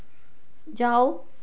जाओ